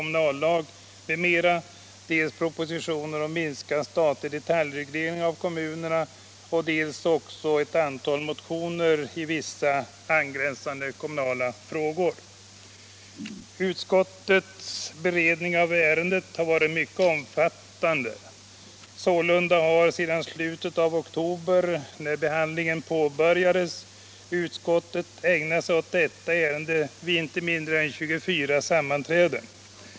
Utskottets beredning av ärendet har varit mycket omfattande. Sålunda har sedan slutet av oktober, när behandlingen påbörjades, utskottet ägnat sig åt detta ärende vid inte mindre än 24 sammanträden.